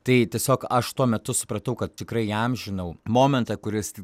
tai tiesiog aš tuo metu supratau kad tikrai įamžinau momentą kuris